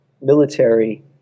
military